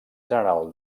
general